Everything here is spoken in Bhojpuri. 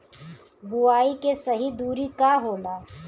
बुआई के सही दूरी का होला?